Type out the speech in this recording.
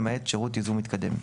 למעט שירות ייזום מתקדם.